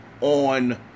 on